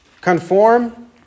conform